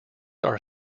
are